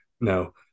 Now